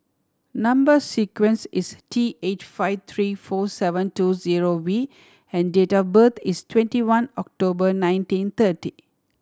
number sequence is T eight five three four seven two zero V and date of birth is twenty one October nineteen thirty